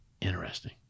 Interesting